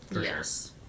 Yes